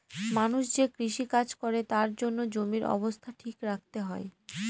মানুষ যে কৃষি কাজ করে তার জন্য জমির অবস্থা ঠিক রাখতে হয়